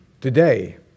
Today